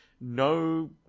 no